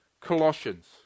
Colossians